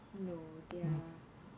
no they are